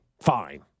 Fine